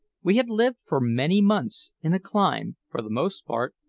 we had lived for many months in a clime, for the most part,